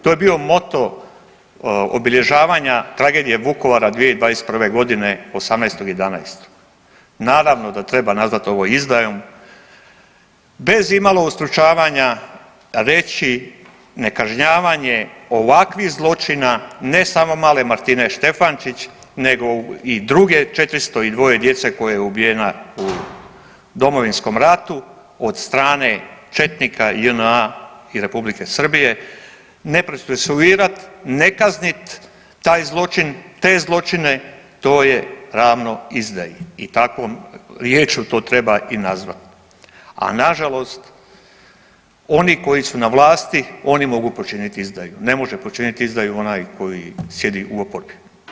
To je bio moto obilježavanja tragedije Vukovara 2021.g., 18.11., naravno da treba nazvat ovo izdajom bez imalo ustručavanja reći nekažnjavanje ovakvih zločina ne samo male Martine Štefančić nego i druge 402 djece koje je ubijena u Domovinskom ratu od strane četnika, JNA i Republike Srbije, ne procesuirat, ne kaznit taj zločin, te zločine, to je ravno izdaji i takvom riječju to treba i nazvat, a nažalost oni koji su na vlasti oni mogu počinit izdaju, ne može počinit izdaju onaj koji sjedi u oporbi.